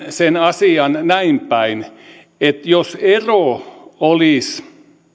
sen asian näinpäin että jos ero olisi